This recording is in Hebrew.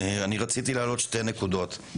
אני רציתי להעלות שתי נקודות.